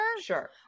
Sure